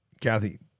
Kathy